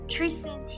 Tristan